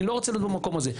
אני לא רוצה להיות במקום הזה.